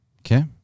Okay